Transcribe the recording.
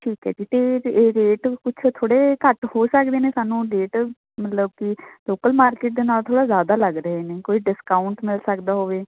ਠੀਕ ਹੈ ਜੀ ਅਤੇ ਰੇ ਇਹ ਰੇਟ ਕੁਛ ਥੋੜ੍ਹੇ ਘੱਟ ਹੋ ਸਕਦੇ ਨੇ ਸਾਨੂੰ ਰੇਟ ਮਤਲਬ ਕਿ ਲੋਕਲ ਮਾਰਕੀਟ ਦੇ ਨਾਲ ਥੋੜ੍ਹਾ ਜ਼ਿਆਦਾ ਲੱਗ ਰਹੇ ਨੇ ਕੋਈ ਡਿਸਕਾਊਂਟ ਮਿਲ ਸਕਦਾ ਹੋਵੇ